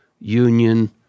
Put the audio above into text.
union